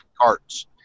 carts